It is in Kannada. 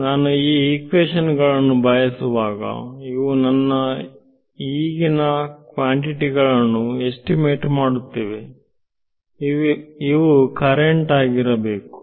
ನಾನು ಈ ಇಕ್ವೇಶನ್ ಗಳನ್ನು ಬಯಸುವಾಗ ಇವು ನನ್ನ ಈಗಿನ ಕ್ವಾಂಟಿಟಿ ಗಳನ್ನು ಎಸ್ಟಿಮೇಟ್ ಮಾಡುತ್ತಿವೆ ಇವು ಕರೆಂಟ್ ಆಗಿರಬೇಕು